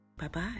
Bye-bye